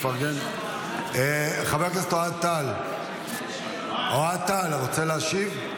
חבר הכנסת אוהד טל, רוצה להשיב?